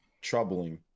troubling